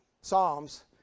Psalms